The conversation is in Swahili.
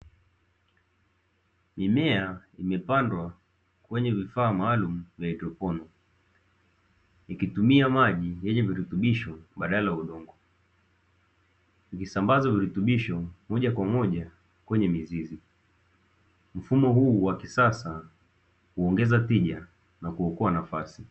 Mimea imepandwa kwenye vifaa maalumu vya hydroponi, vikitumia maji yenye virutubisho badala ya udongo, vikisambaza virutubisho moja kwa moja kwenye mizizi. Mfumo huu wa kisasa huongeza tija na kuokoa nafasi.